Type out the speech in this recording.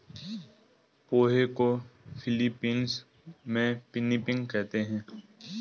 पोहे को फ़िलीपीन्स में पिनीपिग कहते हैं